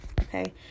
Okay